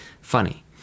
Funny